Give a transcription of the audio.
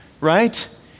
right